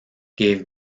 gave